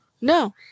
No